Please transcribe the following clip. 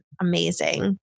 amazing